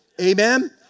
Amen